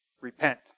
Repent